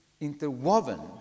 interwoven